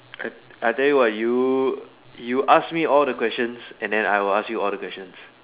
I I tell you what you you ask me all the questions and then I will ask you all the questions